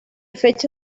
fecha